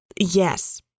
Yes